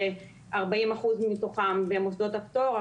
ש40% מתוכם במוסדות הפטור,